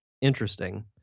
Interesting